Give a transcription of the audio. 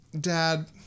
Dad